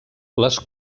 les